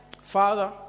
Father